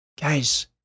Guys